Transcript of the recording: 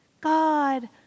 God